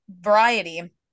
Variety